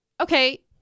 Okay